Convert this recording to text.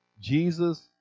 Jesus